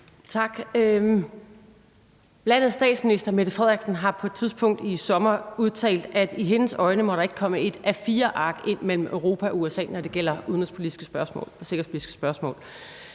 Landets statsminister har på et tidspunkt i sommer udtalt, at i hendes øjne må der ikke komme et A4-ark ind mellem Europa og USA, når det gælder udenrigspolitiske og